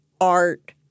art